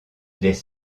les